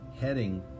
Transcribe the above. heading